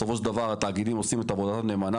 בסופו של דבר התאגידים עושים את עבודתם נאמנה